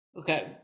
Okay